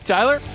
Tyler